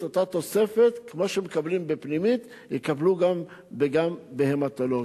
את אותה תוספת שמקבלים בפנימית יקבלו גם בהמטולוגיה.